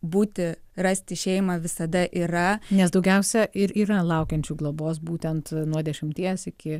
būti rasti šeimą visada yra nes daugiausiai ir yra laukiančių globos būtent nuo dešimties iki